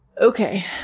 okay.